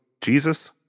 Jesus